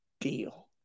deal